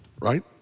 right